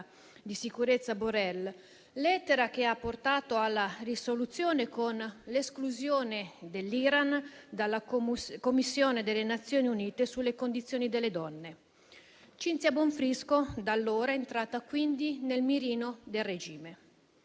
di sicurezza Borrell, la quale ha portato alla risoluzione, con l'esclusione dell'Iran dalla Commissione delle Nazioni Unite sulle condizioni delle donne. Cinzia Bonfrisco da allora è entrata quindi nel mirino del regime.